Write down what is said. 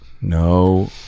No